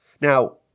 Now